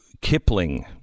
Kipling